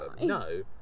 No